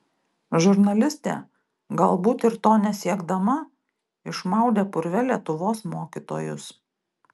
žurnalistė galbūt ir to nesiekdama išmaudė purve lietuvos mokytojus